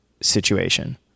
situation